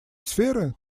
сферы